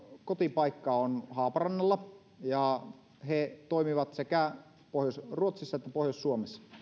kotipaikka on haaparannalla ja he toimivat sekä pohjois ruotsissa että pohjois suomessa